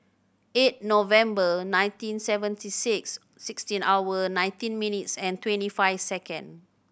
eight November nineteen seventy six sixteen hour nineteen minutes and twenty five second